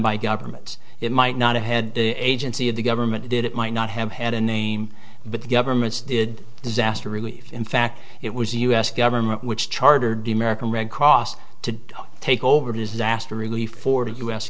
by government it might not have had the agency of the government did it might not have had a name but governments did disaster relief in fact it was the u s government which chartered the american red cross to take over disaster relief for